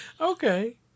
Okay